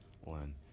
One